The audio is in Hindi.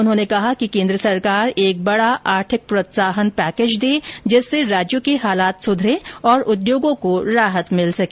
उन्होंने कहा कि केन्द्र सरकार एक बडा आर्थिक प्रोत्साहन पैकेज दे जिससे राज्यों के हालात सुधरे और उद्योगों को राहत मिल सके